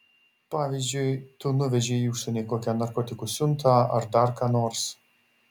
pavyzdžiui tu nuvežei į užsienį kokią narkotikų siuntą ar dar ką nors